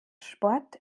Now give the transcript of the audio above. sport